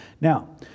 Now